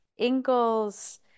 Ingalls